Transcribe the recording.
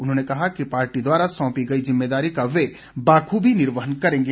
उन्होंने कहा कि पार्टी द्वारा सौंपी गई जिम्मेदारी का वे बाखूबी निर्वहन करेंगे